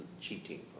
cheating